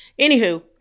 Anywho